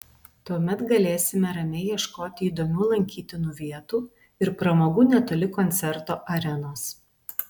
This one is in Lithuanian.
tuomet galėsime ramiai ieškoti įdomių lankytinų vietų ir pramogų netoli koncerto arenos